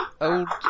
Old